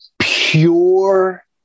pure